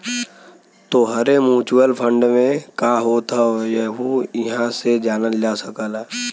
तोहरे mutual fund में का होत हौ यहु इहां से जानल जा सकला